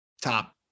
top